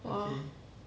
orh